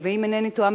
ואם אינני טועה,